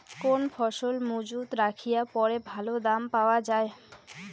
কোন ফসল মুজুত রাখিয়া পরে ভালো দাম পাওয়া যায়?